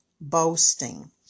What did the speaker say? boasting